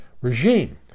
regime